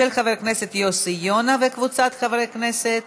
של חבר הכנסת יוסי יונה וקבוצת חברי הכנסת.